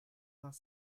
vingt